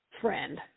friend